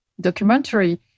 documentary